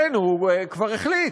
כן, הוא כבר החליט.